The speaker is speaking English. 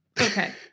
okay